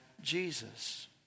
Jesus